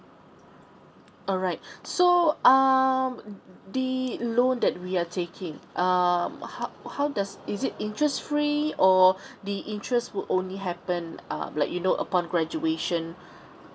alright so um the loan that we are taking um how how does is it interest free or the interest would only happened um like you know upon graduation